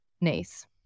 Nice